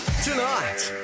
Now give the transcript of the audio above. Tonight